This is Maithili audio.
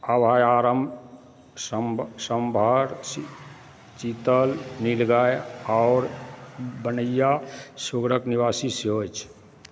अभयारण्य साम्भर चीतल नीलगाय आओर बनैआ सुगरक निवासी सेहो अछि